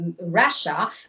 Russia